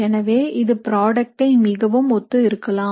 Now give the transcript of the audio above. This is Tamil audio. எனவே இது ப்ராடக்ட் ஐ மிகவும் ஒத்து இருக்கலாம்